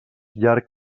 llarg